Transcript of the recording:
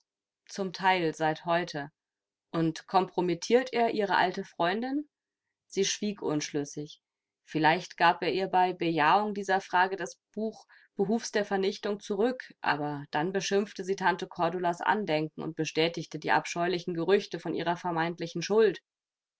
zum teil seit heute und kompromittiert er ihre alte freundin sie schwieg unschlüssig vielleicht gab er ihr bei bejahung dieser frage das buch behufs der vernichtung zurück aber dann beschimpfte sie tante cordulas andenken und bestätigte die abscheulichen gerüchte von ihrer vermeintlichen schuld